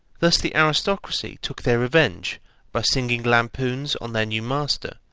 thus the aristocracy took their revenge by singing lampoons on their new master,